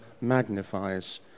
magnifies